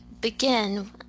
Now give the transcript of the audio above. begin